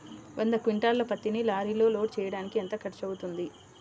వంద క్వింటాళ్ల పత్తిని లారీలో లోడ్ చేయడానికి ఎంత ఖర్చవుతుంది?